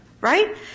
Right